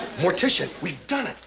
morticia, we've done it.